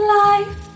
life